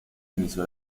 inició